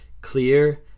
clear